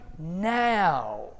now